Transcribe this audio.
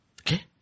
Okay